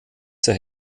zur